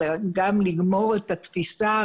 אלא גם לגמור את התפיסה